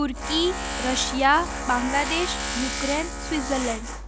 turkey Russia Bangladesh Ukraine Switzerland